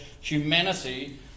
humanity